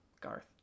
Garth